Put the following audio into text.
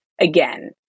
again